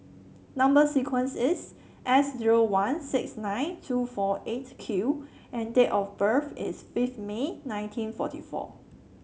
number sequence is S zero one six nine two four Eight Q and date of birth is fifth May nineteen forty four